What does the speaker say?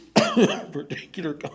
particular